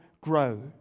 grow